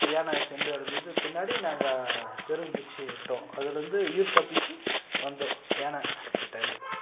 யானை சென்றடைந்தது பின்னாடி நாங்கள் பெரும் மூச்சு விட்டோம் அதுலருந்து உயிர் தப்பித்து வந்தோம் யானை கிட்டேருந்து